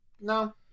No